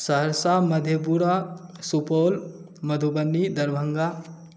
Saharsa Madhepura Supaul Madhubani Darbhanga